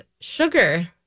sugar